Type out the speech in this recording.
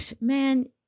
man